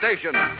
station